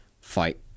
fight